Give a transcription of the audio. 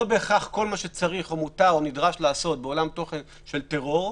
לא בהכרח כל מה שצריך או מותר או נדרש לעשות בעולם תוכן של טרור,